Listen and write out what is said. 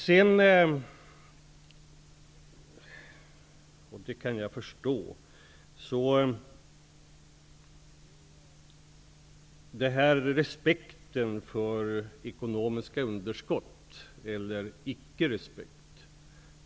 Respekt för ekonomiska underskott eller icke respekt är ett problem jag kan förstå.